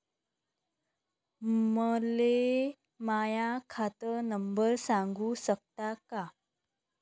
मले माह्या खात नंबर सांगु सकता का?